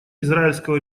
израильского